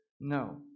no